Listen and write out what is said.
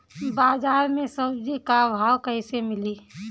बाजार मे सब्जी क भाव कैसे मिली?